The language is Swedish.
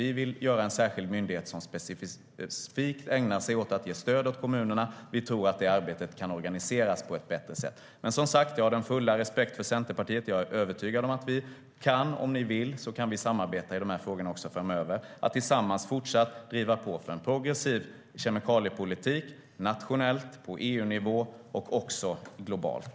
Vi vill göra en särskild myndighet som specifikt ägnar sig åt att ge stöd åt kommunerna. Vi tror att det arbetet kan organiseras på ett bättre sätt. Men, som sagt, jag har den fulla respekten för Centerpartiet. Jag är övertygad om att vi, om ni vill, kan samarbeta i de här frågorna också framöver. Det handlar om att tillsammans fortsätta att driva på för en progressiv kemikaliepolitik nationellt, på EU-nivå och också globalt.